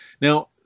Now